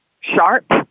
sharp